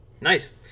Nice